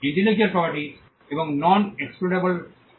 intellectual property non excludable হয়